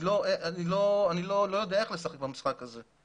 אני לא יודע איך לשחק במשחק הזה.